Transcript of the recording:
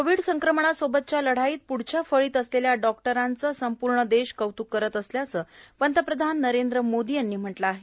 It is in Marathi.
कोविड संक्रमणासोबतच्या लढाईत पुढच्या फळीत असलेल्या डॉक्टरांचं संपूर्ण देश कौतुक करत असल्याचं पंतप्रधान नरेंद्र मोदी यांनी म्हटलं आहे